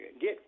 get